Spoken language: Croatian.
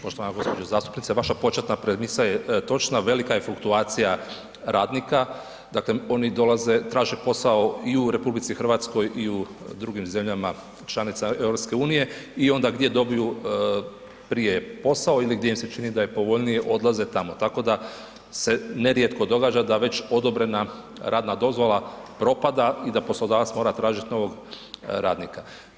Poštovana gđo. zastupnice, vaša početna premisa je točna, velika je fluktuacija radnika, dakle oni dolaze, traže posao i u RH i u drugim zemljama članicama EU i onda gdje dobiju prije posao ili gdje im se čini da je povoljnije odlaze tamo, tako da se nerijetko događa da već odobrena radna dozvola propada i da poslodavac mora tražit novog radnika.